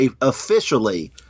officially